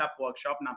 workshop